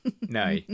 no